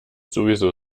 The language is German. sowieso